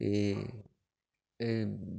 এই এই